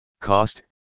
Cost